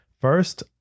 first